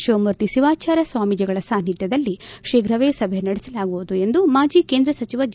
ಶಿವಮೂರ್ತಿ ಶಿವಾಚಾರ್ಯ ಸ್ವಾಮೀಜಿಗಳ ಸಾನಿಧ್ಯದಲ್ಲಿ ಶೀಘವೇ ಸಭೆ ನಡೆಸಲಾಗುವುದು ಎಂದು ಮಾಜಿ ಕೇಂದ್ರ ಸಚಿವ ಜಿ